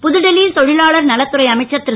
புதுடில்லி ல் தொ லாளர் நலத் துறை அமைச்சர் ரு